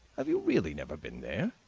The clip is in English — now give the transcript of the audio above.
have you really never been there?